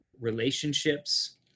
relationships